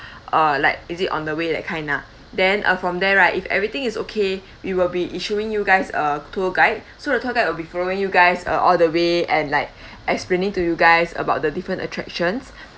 like is it on the way that kind lah then uh from there right if everything is okay we will be issuing you guys a tour guide so the tour guide will be following you guys uh all the way and like explaining to you guys about the different attractions